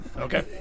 Okay